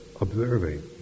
observing